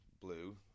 Blue